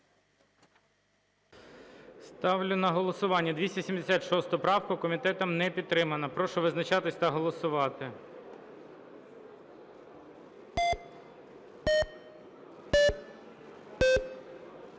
Ставлю на голосування 570 правку. Комітетом не підтримана. Прошу визначатися та голосувати.